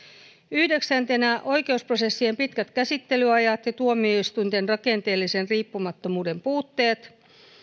yhdeksäntenä oikeusprosessien pitkät käsittelyajat ja tuomioistuinten rakenteellisen riippumattomuuden puutteet